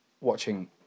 watching